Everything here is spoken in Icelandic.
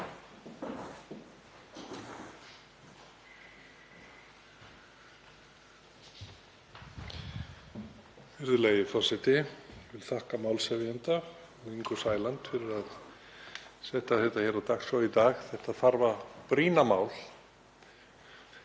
þetta þarfa og brýna mál.